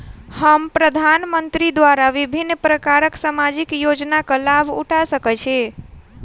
हम प्रधानमंत्री द्वारा विभिन्न प्रकारक सामाजिक योजनाक लाभ उठा सकै छी?